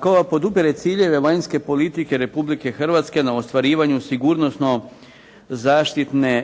koja podupire ciljeve vanjske politike Republike Hrvatske na ostvarivanju sigurnosno-zaštitne